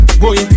boy